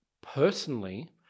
personally